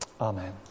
Amen